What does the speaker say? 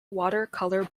watercolor